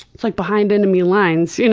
it's like behind enemy lines, you know